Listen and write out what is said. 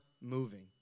moving